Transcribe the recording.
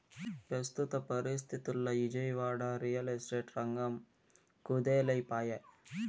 పెస్తుత పరిస్తితుల్ల Vijayawada, real estate రంగం కుదేలై పాయె